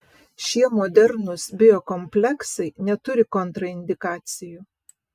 šie modernūs biokompleksai neturi kontraindikacijų